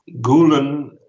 Gulen